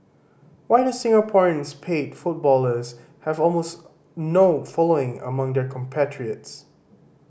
why do Singapore's paid footballers have almost no following among their compatriots